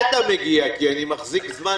כיושבת-ראש ועדה.